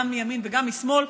גם מימין וגם משמאל,